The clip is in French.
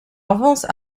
avance